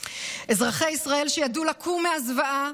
אזרחי ישראל, שידעו לקום מהזוועה